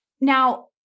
Now-